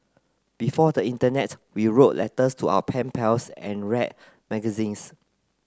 before the internet we wrote letters to our pen pals and read magazines